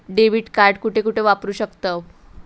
Debit card कुठे कुठे वापरू शकतव?